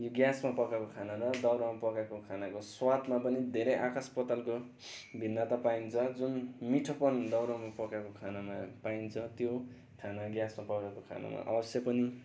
ग्यासमा पकाएको खाना र दाउरामा पकाएको स्वादमा पनि धेरै आकाश पातालको भिन्नता पाइन्छ जुन मिठोपन दाउरामा पकाएको खानामा पाइन्छ त्यो खाना ग्यासमा पकाएको खानामा अवश्य पनि